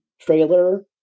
trailer